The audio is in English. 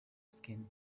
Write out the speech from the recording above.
skin